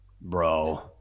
bro